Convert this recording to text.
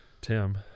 Tim